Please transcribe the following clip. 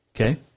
Okay